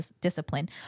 discipline